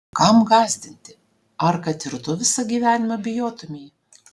kam gąsdinti ar kad ir tu visą gyvenimą bijotumei